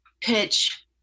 pitch